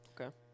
Okay